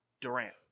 Durant